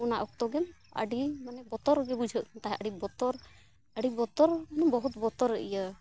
ᱚᱱᱟ ᱚᱠᱛᱚ ᱜᱮ ᱟᱹᱰᱤ ᱢᱟᱱᱮ ᱵᱚᱛᱚᱨ ᱜᱮ ᱵᱩᱡᱷᱟᱹᱜ ᱠᱟᱱ ᱛᱟᱦᱮᱸᱫ ᱟᱹᱰᱤ ᱵᱚᱛᱚᱨ ᱟᱹᱰᱤ ᱵᱚᱛᱚᱨ ᱢᱟᱱᱮ ᱵᱚᱦᱩᱛ ᱵᱚᱛᱚᱨ ᱤᱭᱟᱹ